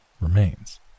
remains